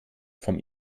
vom